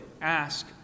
ask